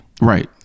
right